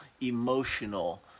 emotional